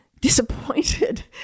disappointed